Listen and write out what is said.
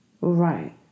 Right